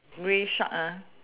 grey shark uh